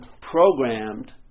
programmed